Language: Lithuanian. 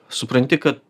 supranti ka